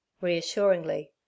reassuringly